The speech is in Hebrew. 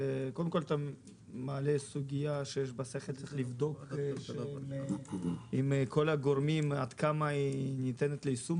אתה מעלה סוגיה שצריך לבדוק עם הגורמים עד כמה היא ניתנת ליישום.